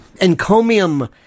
encomium